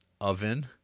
oven